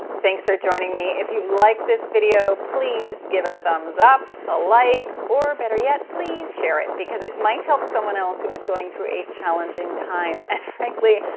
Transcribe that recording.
thanks for joining me. if you like this video, please give it a thumbs up, a like, or better yet, please share it because it might help someone else who is going through a challenging time, and frankly,